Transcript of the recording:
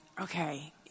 Okay